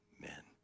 Amen